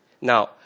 now